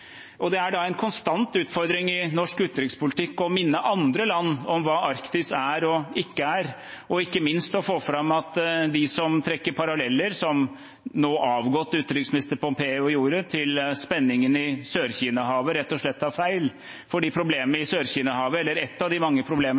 Det er en konstant utfordring i norsk utenrikspolitikk å minne andre land om hva Arktis er og ikke er, og ikke minst få fram at de som trekker paralleller, som nå avgått utenriksminister Pompeo gjorde, til spenningen i Sør-Kina-havet, rett og slett tar feil, for et av de mange problemene i Sør-Kina-havet er at man ikke er enig om havretten eller